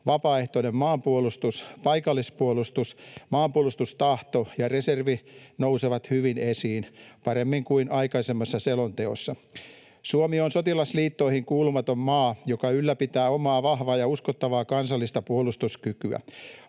vapaaehtoinen maanpuolustus, paikallispuolustus, maanpuolustustahto ja reservi nousevat hyvin esiin, paremmin kuin aikaisemmassa selonteossa. Suomi on sotilasliittoihin kuulumaton maa, joka ylläpitää omaa vahvaa ja uskottavaa kansallista puolustuskykyä.